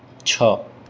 છ